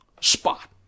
spot